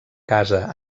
casa